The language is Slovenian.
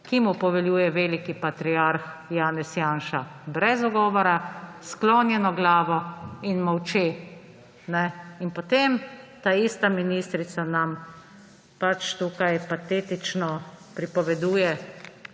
ki mu poveljuje veliki patriarh Janez Janša, brez ugovora s sklonjeno glavo in molče. In potem ta ista ministrica nam pač tukaj patetično pripoveduje,